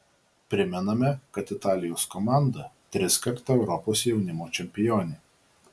primename kad italijos komanda triskart europos jaunimo čempionė